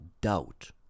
doubt